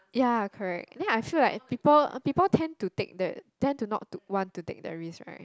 ya correct then I feel like people people tend to take the tend to not to want to take the risk right